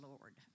Lord